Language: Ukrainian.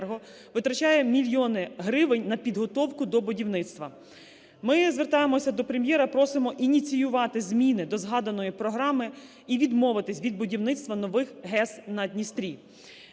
витрачає мільйони гривень на підготовку до будівництва. Ми звертаємося до Прем’єра, просимо ініціювати зміни до згаданої програми і відмовитися від будівництва нових ГЕС на Дністрі.